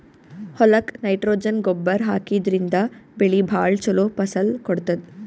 ಹೊಲಕ್ಕ್ ನೈಟ್ರೊಜನ್ ಗೊಬ್ಬರ್ ಹಾಕಿದ್ರಿನ್ದ ಬೆಳಿ ಭಾಳ್ ಛಲೋ ಫಸಲ್ ಕೊಡ್ತದ್